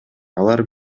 алар